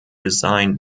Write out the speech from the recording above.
designed